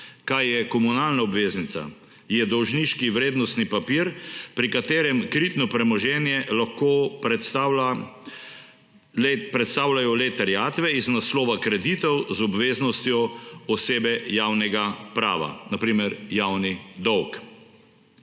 Kaj je komunalna obveznica? Je dolžniški vrednostni papir, pri katerem kritno premoženje lahko predstavljajo le terjatve iz naslova kreditov z obveznostjo osebe javnega prava, na primer, javni dolg.